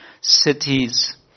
cities